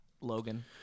Logan